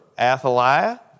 Athaliah